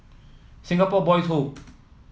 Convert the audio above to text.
Singapore Boys' Home